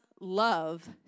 love